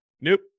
nope